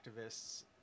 activists